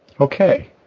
Okay